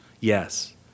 Yes